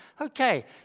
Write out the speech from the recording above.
Okay